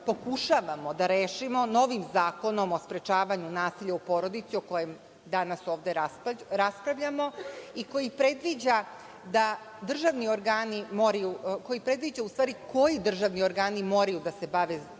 pokušavamo da rešimo novim Zakonom o sprečavanju nasilja u porodici o kojem danas ovde raspravljamo i koji predviđa koji državni organi moraju da se bave zaštitom,